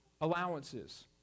allowances